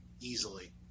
Easily